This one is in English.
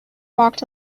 walked